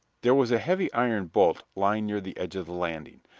there was a heavy iron bolt lying near the edge of the landing.